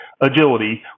agility